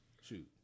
Shoot